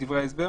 בדברי ההסבר?